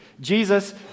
Jesus